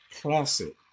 classic